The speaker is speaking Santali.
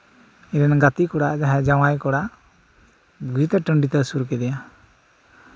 ᱤᱧ ᱨᱮᱱ ᱜᱟᱛᱮ ᱠᱚᱲᱟ ᱡᱟᱦᱟᱸᱭ ᱡᱟᱶᱟᱭ ᱠᱚᱲᱟ ᱵᱩᱜᱤᱛᱮ ᱴᱟᱺᱰᱤᱛᱮ ᱩᱥᱩᱨ ᱠᱮᱫᱮᱭᱟ